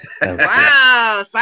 Wow